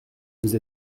vous